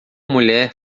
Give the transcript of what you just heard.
mulher